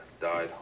died